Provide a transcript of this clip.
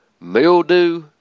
mildew